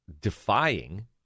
defying